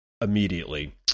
immediately